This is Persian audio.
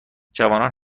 جوانان